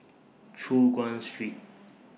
Choon Guan Street